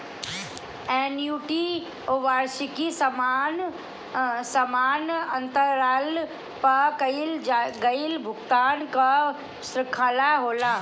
annuity वार्षिकी समान अंतराल पअ कईल गईल भुगतान कअ श्रृंखला होला